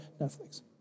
Netflix